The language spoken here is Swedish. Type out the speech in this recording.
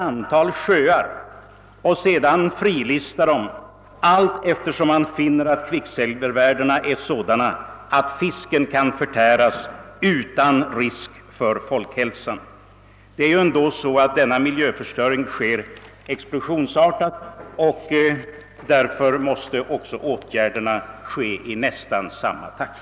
antal sjöar och sedan frilista dem allteftersom man finner att kvicksilvervärdena är sådana att fisken kan förtäras utan risk för folkhälsan? Denna miljöförstöring sker ju explosionsartat, och därför måste åtgärderna sättas in i nästan samma takt.